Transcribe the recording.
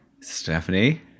Stephanie